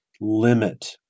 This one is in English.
limit